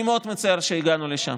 אני מאוד מצטער שהגענו לשם.